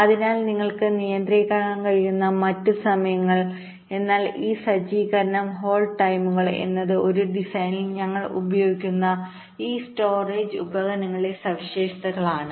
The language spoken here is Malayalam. അതിനാൽ നിങ്ങൾക്ക് നിയന്ത്രിക്കാൻ കഴിയുന്ന മറ്റ് സമയങ്ങൾ എന്നാൽ ഈ സജ്ജീകരണം ഹോൾഡ് ടൈമുകൾഎന്നത് ഒരു ഡിസൈനിൽ ഞങ്ങൾ ഉപയോഗിക്കുന്ന ഈ സ്റ്റോറേജ് ഉപകരണങ്ങളുടെ സവിശേഷതകളാണ്